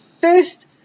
first